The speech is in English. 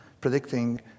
predicting